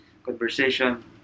Conversation